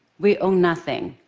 we owned nothing.